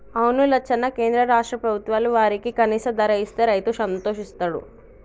అవును లచ్చన్న కేంద్ర రాష్ట్ర ప్రభుత్వాలు వారికి కనీస ధర ఇస్తే రైతు సంతోషిస్తాడు